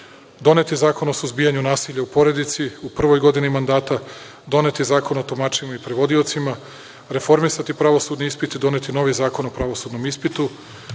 Donet je Zakon o suzbijanju nasilja u porodici u prvoj godini mandata, donet je Zakon o tumačima i prevodiocima. Reformisati pravosudni ispit i doneti zakon o pravosudnom ispitu.